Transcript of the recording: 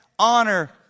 honor